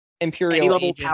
Imperial